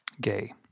gay